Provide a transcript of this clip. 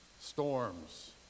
Storms